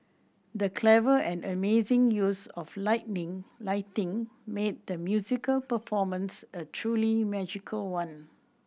the clever and amazing use of lightning lighting made the musical performance a truly magical one